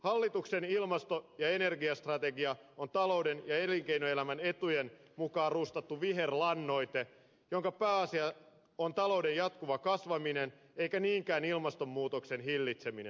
hallituksen ilmasto ja energiastrategia on talouden ja elinkeinoelämän etujen mukaan rustattu viherlannoite jonka pääasia on talouden jatkuva kasvaminen eikä niinkään ilmastonmuutoksen hillitseminen